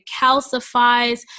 calcifies